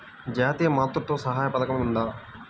జాతీయ మాతృత్వ సహాయ పథకం ఉందా?